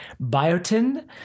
biotin